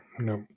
No